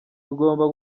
tugomba